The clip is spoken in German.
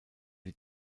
die